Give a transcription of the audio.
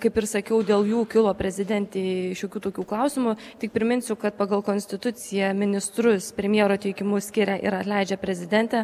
kaip ir sakiau dėl jų kilo prezidentei šiokių tokių klausimų tik priminsiu kad pagal konstituciją ministrus premjero teikimu skiria ir atleidžia prezidentė